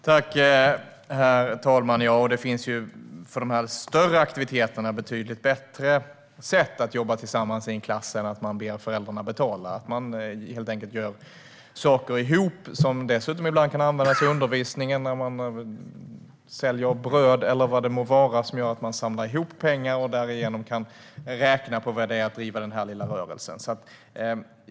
Herr talman! När det gäller de större aktiviteterna finns det betydligt bättre sätt än att man ber föräldrarna betala. Man kan jobba tillsammans i en klass. Man kan helt enkelt göra saker ihop, som dessutom ibland kan användas i undervisningen. Man kan sälja bröd eller vad det nu må vara. Då kan man samla pengar och därigenom räkna på vad det innebär att driva den lilla rörelsen.